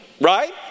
Right